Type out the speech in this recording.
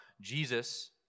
Jesus